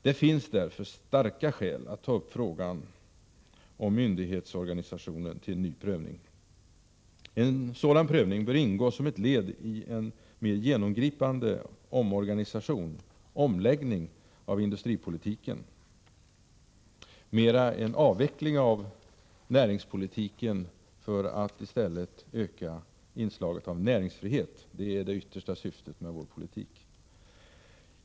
Det finns därför starka skäl att ta upp frågan om myndighetsorganisationen till ny prövning. En sådan prövning bör ingå som ett led i en mer genomgripande omorganisation, omläggning, av industripolitiken — det handlar mera om en avveckling av näringspolitiken för att i stället öka inslaget av näringsfrihet. Det är det yttersta syftet med vår politik.